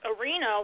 arena